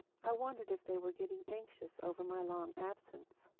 i wondered if they were getting anxious over my long absence.